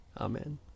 Amen